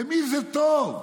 "למי זה טוב?